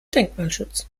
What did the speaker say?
denkmalschutz